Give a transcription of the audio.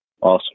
awesome